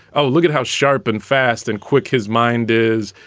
oh, look at how sharp and fast and quick his mind is.